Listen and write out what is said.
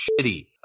shitty